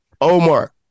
Omar